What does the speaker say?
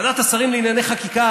ועדת השרים לענייני חקיקה,